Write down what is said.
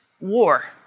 war